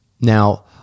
now